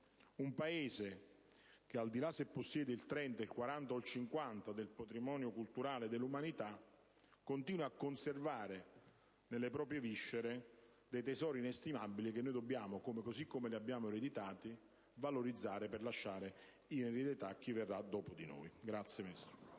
un Paese che, al di là del fatto se possiede il 30, 40 o 50 per cento del patrimonio culturale dell'umanità, continua a conservare nelle proprie viscere dei tesori inestimabili che dobbiamo, così come li abbiamo ereditati, valorizzare per lasciarli in eredità a chi verrà dopo di noi. *(Applausi